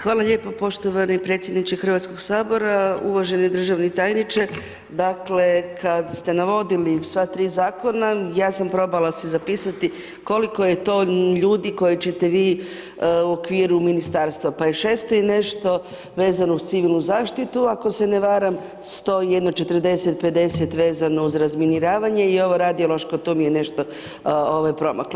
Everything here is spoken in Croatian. Hvala lijepo poštovani predsjedniče Hrvatskog sabora, uvaže ni državni tajniče, dakle kad ste navodili sva 3 zakona ja sam probala si zapisati koliko je to ljudi koje ćete vi u okviru ministarstva, pa je 600 i nešto vezano uz civilnu zaštitu ako se ne varam, 100 i jedno 40, 50 vezano uz razminiravanje i ovo radiološko to mi je nešto ovaj promaklo.